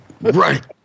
right